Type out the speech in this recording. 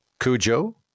Cujo